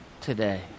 today